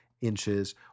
inches